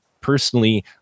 personally